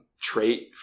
trait